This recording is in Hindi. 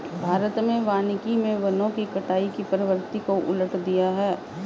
भारत में वानिकी मे वनों की कटाई की प्रवृत्ति को उलट दिया है